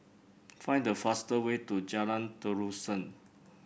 find the fastest way to Jalan Terusan